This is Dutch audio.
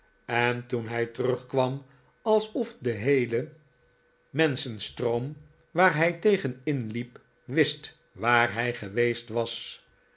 en toen hij terugkwam alsof de heele menschenstroom waar hij tegen inliep wist waar hij geweest was